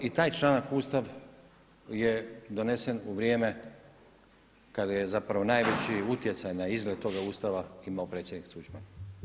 Taj Ustav i taj članak Ustav je donesen u vrijeme kada je zapravo najveći utjecaj na izgled toga Ustava imao predsjednik Tuđman.